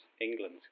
England